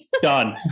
Done